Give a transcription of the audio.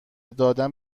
دادن